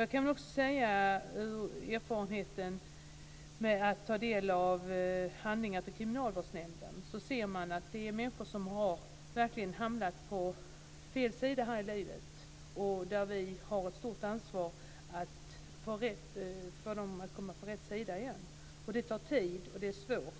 Jag kan också säga, genom erfarenheten av att ta del av handlingar till kriminalvårdsenheten, att man ser att detta är människor som verkligen har hamnat på fel sida här i livet. Vi har ett stort ansvar för att få dem att komma på rätt sida igen. Det tar tid och det är svårt.